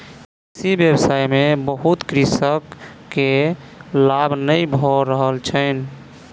कृषि व्यवसाय में बहुत कृषक के लाभ नै भ रहल छैन